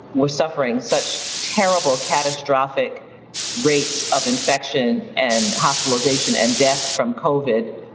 were suffering such terrible catastrophic rates of infection, and hospitalization, and death from covid